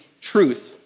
truth